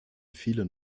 vielen